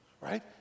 right